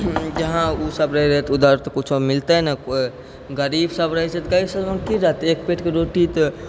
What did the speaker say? जहाँ उ सभ रहै रहै उधर तऽ किछु मिलतै नहि तैं ने कोई गरीब सब रहै छै तऽ एक पेटके रोटी तऽ खाना तऽ अपने